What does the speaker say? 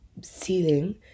ceiling